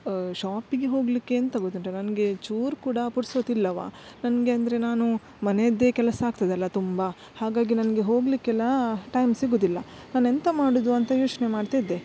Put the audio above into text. ಶಾಪಿಗೆ ಹೋಗಲಿಕ್ಕೆ ಎಂತ ಗೊತ್ತುಂಟ ನನಗೆ ಚೂರು ಕೂಡ ಪುರ್ಸೋತ್ತಿಲ್ಲವ ನನಗೆ ಅಂದರೆ ನಾನು ಮನೆಯದ್ದೇ ಕೆಲಸ ಆಗ್ತದಲ್ಲ ತುಂಬ ಹಾಗಾಗಿ ನನಗೆ ಹೋಗಲಿಕ್ಕೆಲ್ಲ ಟೈಮ್ ಸಿಗೋದಿಲ್ಲ ನಾನು ಎಂತ ಮಾಡೋದು ಅಂತ ಯೋಚನೆ ಮಾಡ್ತಿದ್ದೆ